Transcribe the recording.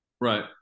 Right